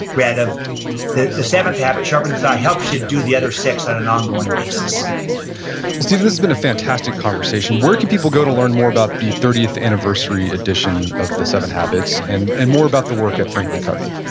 brett, of the the seventh habit, sharpen the saw, helps you do the other six on an ongoing basis well, stephen, this has been a fantastic conversation. where can people go to learn more about the thirtieth anniversary edition of the seven habits and and more about the work at franklincovey?